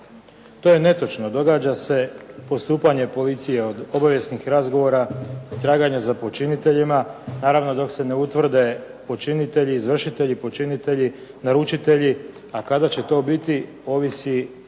To je netočno. Događa se postupanje policije od obavijesnih razgovora, traganja za počiniteljima naravno dok se ne utvrde počinitelji, izvršitelji počinitelji, naručitelji, a kada će to biti ovisi